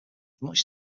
much